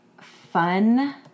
fun